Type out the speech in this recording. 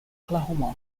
oklahoma